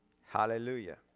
Hallelujah